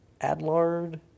Adlard